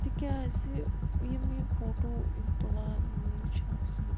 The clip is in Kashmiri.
تِکیٛازِ یِم یِم فوٹو یِم تُلان وٲلۍ چھِ آسان